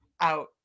out